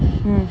mm